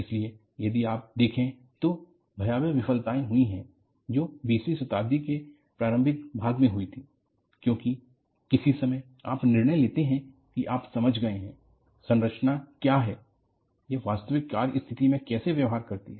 इसलिए यदि आप देखें तो भयावह विफलताए हुई हैं जो बीसवीं शताब्दी के प्रारंभिक भाग में हुई थी क्योंकि किसी समय आप निर्णय लेते हैं कि आप समझ गए हैं संरचना क्या है वह वास्तविक कार्य स्थिति में कैसे व्यवहार करती हैं